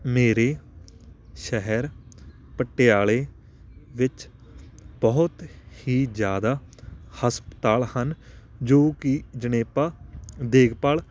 ਮੇਰੇ ਸ਼ਹਿਰ ਪਟਿਆਲੇ ਵਿੱਚ ਬਹੁਤ ਹੀ ਜ਼ਿਆਦਾ ਹਸਪਤਾਲ ਹਨ ਜੋ ਕਿ ਜਣੇਪਾ ਦੇਖਭਾਲ